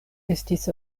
estis